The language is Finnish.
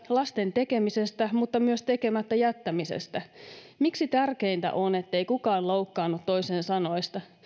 lasten tekemisen mutta myös tekemättä jättämisen uhista miksi tärkeintä on ettei kukaan loukkaannu toisen sanoista